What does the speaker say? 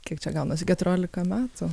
kiek čia gaunasi keturiolika metų